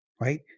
Right